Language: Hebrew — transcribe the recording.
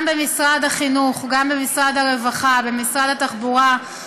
גם במשרד החינוך, גם במשרד הרווחה, במשרד התחבורה,